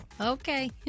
Okay